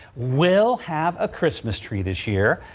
we'll have a christmas tree this year.